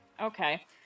okay